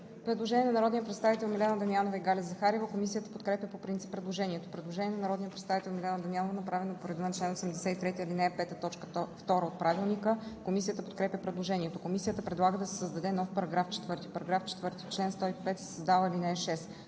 Предложение на народните представители Милена Дамянова и Галя Захариева. Комисията подкрепя по принцип предложението. Предложение на народния представител Милена Дамянова, направено по реда на чл. 83, ал. 5, т. 2 от Правилника. Комисията подкрепя предложението. Комисията предлага да се създаде нов § 4: „§ 4. В чл. 105 се създава ал. 6: